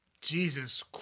Jesus